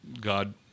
God